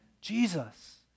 Jesus